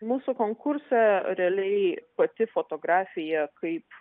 mūsų konkurse realiai pati fotografija kaip